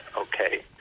okay